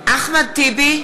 אחמד טיבי,